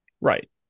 Right